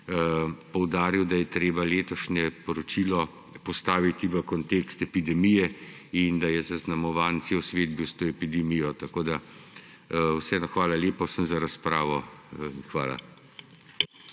poudaril, da je treba letošnje poročilo postaviti v kontekst epidemije in da je zaznamovan cel svet bil s to epidemijo. Tako da vseeno hvala lepa vsem za razpravo. Hvala.